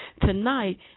tonight